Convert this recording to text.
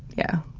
yeah,